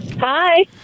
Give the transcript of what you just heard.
Hi